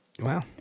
Wow